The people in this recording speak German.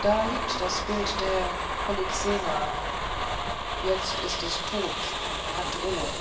da liegt das bild der polyxena jetzt ist es tot und hat ruhe